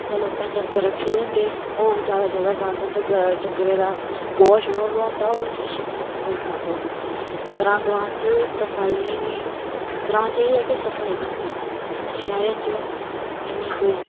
इत्थै लोकें डंगर रक्खे दे होंदे और ज्यादा कोला ज्यादा गंद होंदा डंगरे दा गोहां ागै होंदा और किश नेई इत्थै कोई गंद होंदा ग्रां गआं च सफाई ग्रां च एह् है कि सफाई होंदी शैहरे च इन्नी कोई